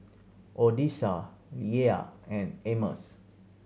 Odessa Leia and Amos